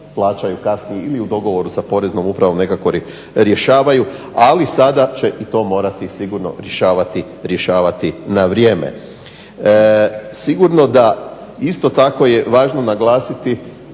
plaćaju kasnije ili u dogovoru sa Poreznom upravom nekako rješavaju. Ali sada će i to morati sigurno rješavati na vrijeme. Sigurno da isto tako je važno naglasiti,